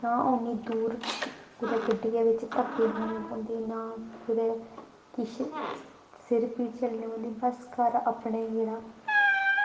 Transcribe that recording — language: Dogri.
ना इन्नी दूर कुतै गड्डियै बिच्च धक्के खाने पौंदे ना कुदै किश सिर पीड़ झल्लनी पौंदी बस घर अपने जेह्ड़ा